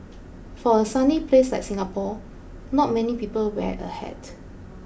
for a sunny place like Singapore not many people wear a hat